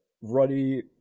ruddy